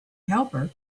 helper